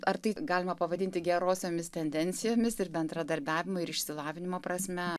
ar tai galima pavadinti gerosiomis tendencijomis ir bendradarbiavimo ir išsilavinimo prasme